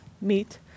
meat